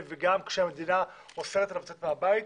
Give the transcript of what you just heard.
וגם כשהמדינה אוסרת עליו לצאת מהבית.